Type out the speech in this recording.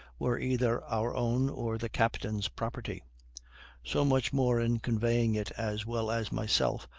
were either our own or the captain's property so much more in conveying it as well as myself,